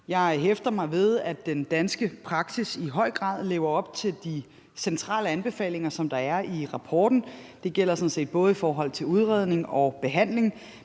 Jeg hæfter mig ved, at den danske praksis i høj grad lever op til de centrale anbefalinger, som der er i rapporten. Det gælder sådan set både i forhold til udredning og behandling,